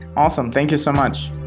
awesome. thank you so much